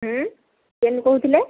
ହୁଁ କେନ୍ କହୁଥିଲେ